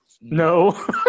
No